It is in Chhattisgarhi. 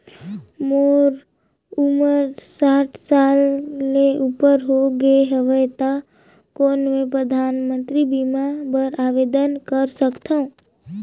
मोर उमर साठ साल ले उपर हो गे हवय त कौन मैं परधानमंतरी बीमा बर आवेदन कर सकथव?